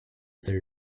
their